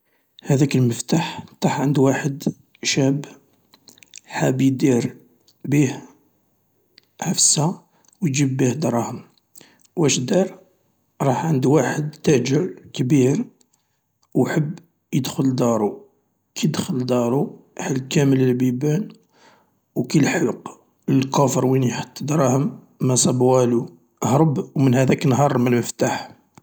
هذاك المفتاح طاح عند واحد شاب حاب يدير بيه عفسة ويجيب بيه الدراهم، واش دار راح عند واحد تاجر كبير وحاب يدخل دارو، كي دخل دارو حل كامل البيبان و كي الحق للكوفر وين يحب الدراهم ماصاب والو، تهرب و من هذاك انهار ارمى المفتاح.